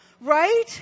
right